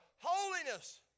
holiness